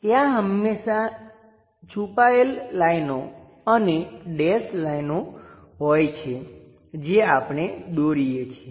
ત્યાં હંમેશા છુપાયેલ લાઈનો અને ડેશ લાઈનો હોય છે જે આપણે દોરીએ છીએ